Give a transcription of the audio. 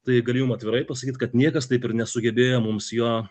tai galiu jum atvirai pasakyt kad niekas taip ir nesugebėjo mums jo